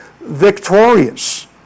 victorious